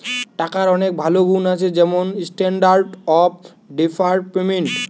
টাকার অনেক ভালো গুন্ আছে যেমন স্ট্যান্ডার্ড অফ ডেফার্ড পেমেন্ট